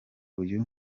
uyu